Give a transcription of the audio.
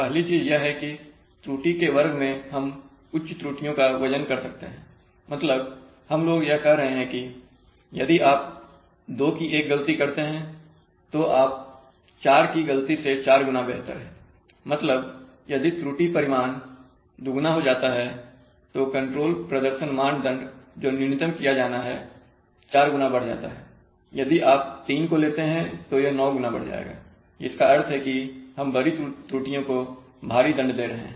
पहली चीज यह है कि त्रुटि के वर्ग में हम उच्च त्रुटियों का वजन कर सकते हैं मतलब हम लोग यह कह रहे हैं कि यदि आप दो की एक गलती करते हैं तो आप चार की गलती से चार गुना बेहतर हैंमतलब यदि त्रुटि परिमाण दोगुना हो जाता है तो कंट्रोल प्रदर्शन मानदंड जो न्यूनतम किया जाना है चार गुना बढ़ जाता है यदि आप तीन को लेते हैं तो यह नौ गुना बढ़ जाएगा जिसका अर्थ है कि हम बड़ी त्रुटियों को भारी दंड दे रहे हैं